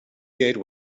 gate